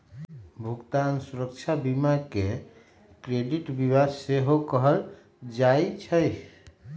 भुगतान सुरक्षा बीमा के क्रेडिट बीमा सेहो कहल जाइ छइ